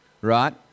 Right